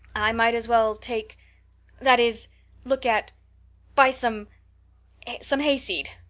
i might as well take that is look at buy some some hayseed.